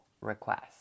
request